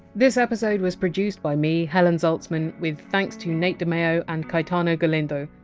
this episode was produced by me, helen zaltzman, with thanks to nate dimeo and caetano galindo.